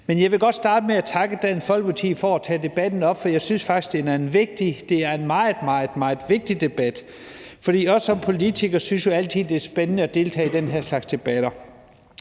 Men jeg vil godt starte med at takke Dansk Folkeparti for at tage debatten op, for jeg synes faktisk, det er en meget, meget vigtig debat. Vi som politikere synes jo altid, det er spændende at deltage i den her slags debatter.